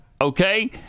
okay